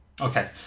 Okay